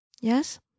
Yes